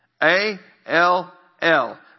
A-L-L